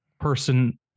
person